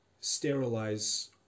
sterilize